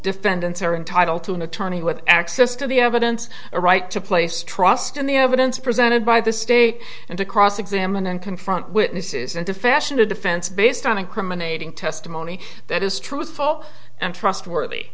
defendants are entitled to an attorney with access to the evidence or right to place trust in the evidence presented by the state and to cross examine and confront witnesses and to fashion a defense based on incriminating testimony that is truthful and trustworthy